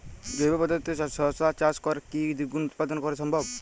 জৈব পদ্ধতিতে শশা চাষ করে কি দ্বিগুণ উৎপাদন করা সম্ভব?